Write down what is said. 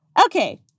Okay